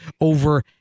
over